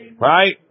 Right